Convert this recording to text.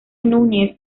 núñez